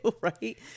right